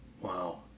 Wow